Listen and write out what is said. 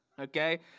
Okay